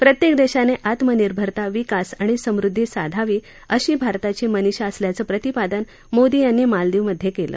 प्रत्येक देशाने आत्मनिर्भरता विकास आणि समृद्धी साधावी अशी भारताची मनिषा असल्याचं प्रतिपादन मोदी यांनी मालदिवमधे केलं